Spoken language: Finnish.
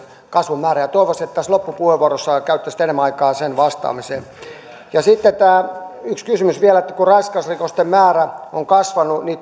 kasvun määrä toivoisin että loppupuheenvuorossanne käyttäisit enemmän aikaan siihen vastaamiseen sitten yksi kysymys vielä raiskausrikosten määrä on kasvanut